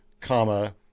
comma